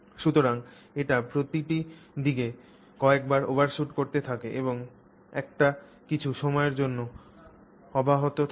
সুতরাং এটি প্রতিটি দিকে কয়েকবার ওভারশুট করতে থাকে এবং এটি কিছু সময়ের জন্য অব্যাহত থাকে